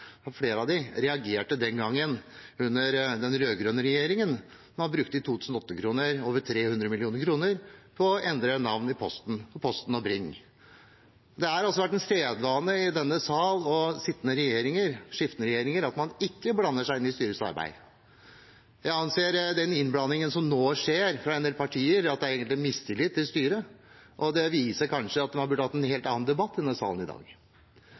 reagerte den gangen den rød-grønne regjeringen brukte over 300 mill. 2008-kroner på å endre navn i Posten, til Posten og Bring. Det har vært en sedvane i denne sal, og under skiftende regjeringer, at man ikke blander seg inn i styrets arbeid. Jeg anser at den innblandingen som nå skjer fra en del partier, egentlig er en mistillit til styret. Det viser kanskje at man burde ha hatt en helt annen debatt i denne salen i dag.